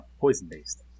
poison-based